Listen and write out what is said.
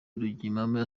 rugiramahe